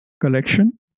collection